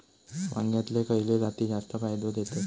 वांग्यातले खयले जाती जास्त फायदो देतत?